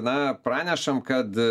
na pranešam kad